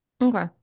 Okay